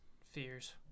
fears